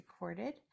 recorded